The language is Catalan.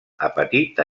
apatita